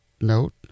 note